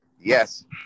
Yes